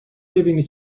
ببینی